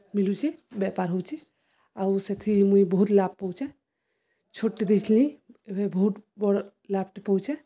ମିଲୁଚେ ବେପାର୍ ହଉଚେ ଆଉ ସେଥି ମୁଇଁ ବହୁତ୍ ଲାଭ୍ ପାଉଚେ ଛୋଟ୍ଟେ ଦେଇଥିଲିଁ ଏବେ ବହୁତ୍ ବଡ଼୍ ଲାଭ୍ଟେ ପଉଚେ